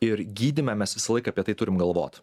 ir gydyme mes visą laiką apie tai turim galvot